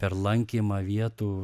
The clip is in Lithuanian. per lankymą vietų